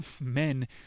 men